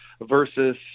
versus